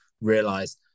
realize